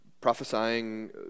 prophesying